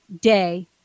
day